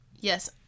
Yes